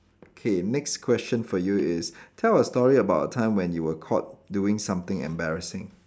okay next question for you is tell a story about a time when you were caught doing something embarrassing